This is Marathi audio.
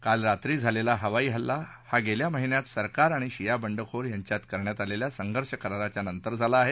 काल रात्री झालेला हवाईहल्ला हा गेल्या महिन्यात सरकार आणि शिया बंडखोर यांच्यात करण्यात आलेल्या संघर्ष कराराच्या नंतर झाला आहे